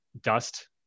dust